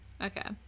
Okay